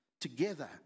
together